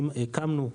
הקמנו,